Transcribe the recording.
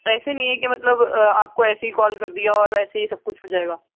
ایسے نہیں ہے کہ مطلب آپ کو ایسے ہی کال کر دیا اور ایسے ہی سب کچھ ہو جائے گا